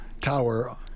tower